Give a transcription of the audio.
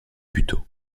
puteaux